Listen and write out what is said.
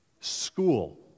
school